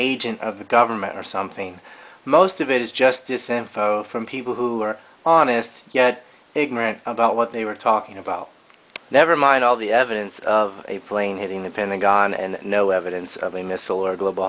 agent of the government or something most of it is just dissent from people who are honest yet ignorant about what they were talking about nevermind all the evidence of a plane hitting the pentagon and no evidence of a missile or global